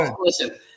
listen